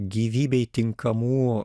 gyvybei tinkamų